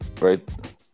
Right